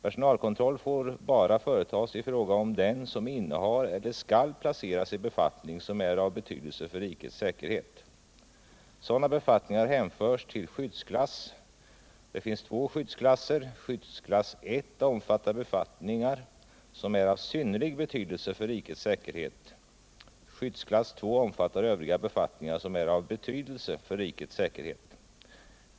Personalkontroll får bara företas i fråga om den som innehar eller skall placeras i befattning som är av betydelse för rikets säkerhet. Sådana befattningar hänförs till skyddsklass. Det finns två skyddsklasser. Skyddsklass 1 omfattar befattningar som är av synnerlig betydelse för rikets säkerhet. Skyddsklass 2 omfattar övriga befattningar som är av betydelse för rikets säkerhet.